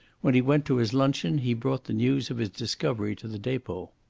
when he went to his luncheon he brought the news of his discovery to the depot.